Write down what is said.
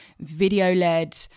video-led